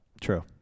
True